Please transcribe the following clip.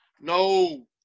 no